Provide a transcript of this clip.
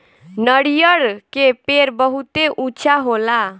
नरियर के पेड़ बहुते ऊँचा होला